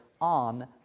on